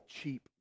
cheap